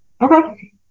Okay